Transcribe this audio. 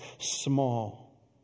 small